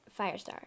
Firestar